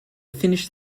finished